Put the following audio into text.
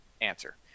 answer